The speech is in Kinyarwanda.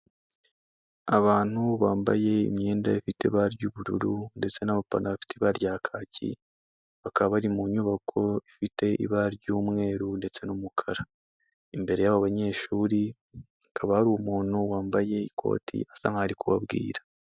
Abantu bambaye imyenda ifite ibara ry'ubururu ndetse n'abapanana afite ba rya kaki, bakaba bari mu nyubako ifite ibara ry'umweru ndetse n'umukara, imbere y'abo banyeshuri hakaba hari umuntu wambaye ikoti asa nk'aho ari kubabwira.